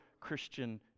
Christian